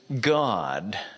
God